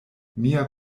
mia